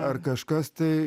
ar kažkas tai